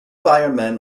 firemen